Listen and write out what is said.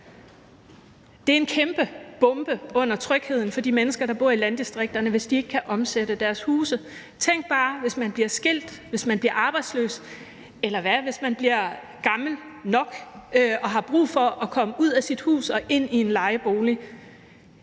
Det er en kæmpe bombe under trygheden for de mennesker, der bor i landdistrikterne, hvis ikke de kan omsætte deres huse. Tænk bare, hvis man bliver skilt, bliver arbejdsløs, eller hvad hvis man bliver gammel nok og har brug for at komme ud af sit hus og ind i en lejebolig?